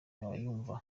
abayumva